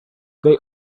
they